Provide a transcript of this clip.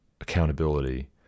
accountability